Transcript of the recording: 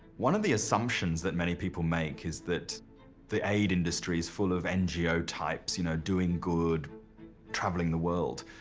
one of the assumptions that many people make is that the aid industry is full of ngo types you know doing good going traveling the world,